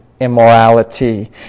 Immorality